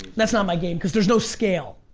that's not my game cause there's no scale,